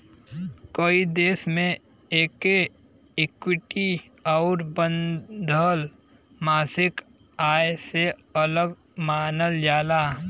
कई देश मे एके इक्विटी आउर बंधल मासिक आय से अलग मानल जाला